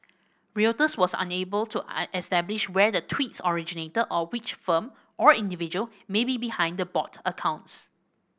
reuters was unable to an establish where the tweets originated or which firm or individual may be behind the bot accounts